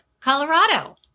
colorado